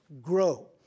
grow